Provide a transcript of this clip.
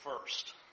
first